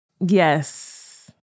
Yes